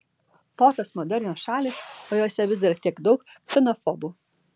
tokios modernios šalys o jose vis dar tiek daug ksenofobų